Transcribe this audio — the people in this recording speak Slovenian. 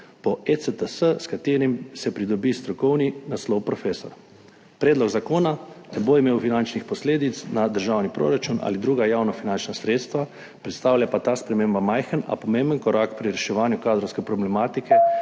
po ECTS, s katerim se pridobi strokovni naslov profesor. Predlog zakona ne bo imel finančnih posledic na državni proračun ali druga javnofinančna sredstva, predstavlja pa ta sprememba majhen, a pomemben korak pri reševanju kadrovske problematike